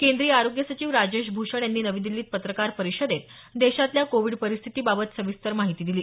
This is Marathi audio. केंद्रीय आरोग्य सचिव राजेश भूषण यांनी नवी दिल्लीत पत्रकार परिषदेत देशातल्या कोविड परिस्थितीबाबत सविस्तर माहिती दिली